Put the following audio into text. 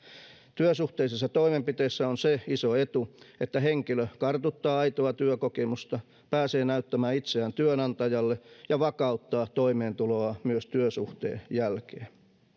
työsuhteisissa toimenpiteissä on se iso etu että henkilö kartuttaa aitoa työkokemusta pääsee näyttämään itseään työnantajalle ja vakauttaa toimeentuloaan myös työsuhteen jälkeen